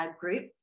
group